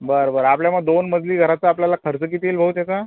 बरं बरं आपल्या मग दोन मजली घराचा आपल्याला खर्च किती येईल भाऊ त्याचा